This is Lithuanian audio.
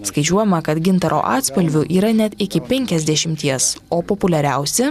skaičiuojama kad gintaro atspalvių yra net iki penkiasdešimties o populiariausi